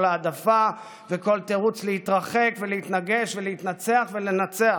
כל העדפה וכל תירוץ להתרחק ולהתנגש ולהתנצח ולנצח.